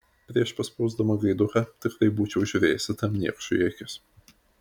prieš paspausdama gaiduką tikrai būčiau žiūrėjusi tam niekšui į akis